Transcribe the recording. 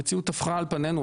המציאות טפחה על פנינו,